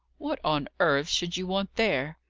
what on earth should you want there?